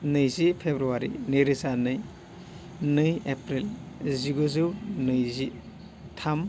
नैजि फेब्रुवारि नैरोजा नै नै एप्रिल जिगुजौ नैजि थाम